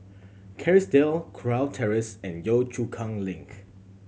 Kerrisdale Kurau Terrace and Yio Chu Kang Link